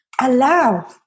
allow